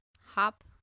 hop